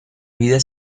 vida